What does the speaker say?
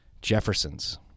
Jefferson's